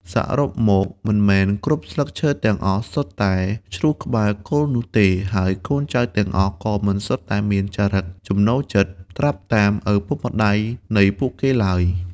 សរុបមកមិនមែនគ្រប់ស្លឹកឈើទាំងអស់សុទ្ធតែជ្រុះក្បែរគល់នោះទេ ហើយកូនចៅទាំងអស់ក៏មិនសុទ្ធតែមានចរិក ចំណូលចិត្តត្រាប់តាមឪពុកម្តាយនៃពួកគេឡើយ។